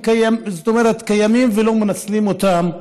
שקיימות ולא מנצלים אותן.